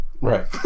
Right